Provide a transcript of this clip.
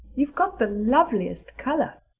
you've got the loveliest color.